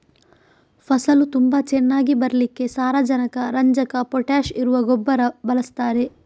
ಫಸಲು ತುಂಬಾ ಚೆನ್ನಾಗಿ ಬರ್ಲಿಕ್ಕೆ ಸಾರಜನಕ, ರಂಜಕ, ಪೊಟಾಷ್ ಇರುವ ರಸಗೊಬ್ಬರ ಬಳಸ್ತಾರೆ